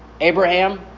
Abraham